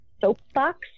Soapbox